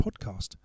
podcast